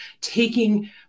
taking